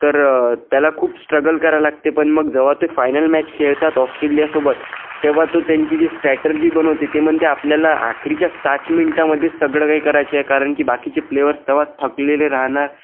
तर त्याला खूप स्ट्रगल करा लागते पण मग जेव्हा ते फायनल मॅच खेळतात ऑस्ट्रेलियासोबत तेव्हा तो त्यांची जी स्ट्रॅटेजी बनवते ते म्हणते आपल्याला अखेरच्या सात मिनिटांमध्ये सगळं काही करायचेय कारण की बाकीचे प्लेयर्स तेव्हा थकलेले राहणार